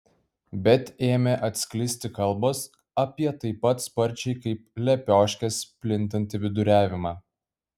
bet ėmė atsklisti kalbos apie taip pat sparčiai kaip lepioškės plintantį viduriavimą